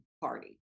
party